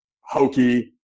hokey